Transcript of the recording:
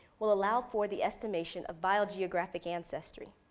will allow for the estimation of biogeographic ancestry.